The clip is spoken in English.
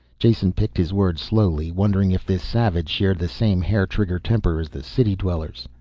jason picked his words slowly, wondering if this savage shared the same hair-trigger temper as the city dwellers.